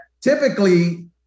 typically